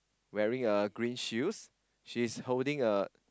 wearing a green shoes she's holding a